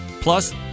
plus